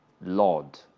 Lord